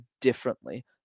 differently